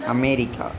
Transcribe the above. America